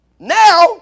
now